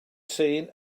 seen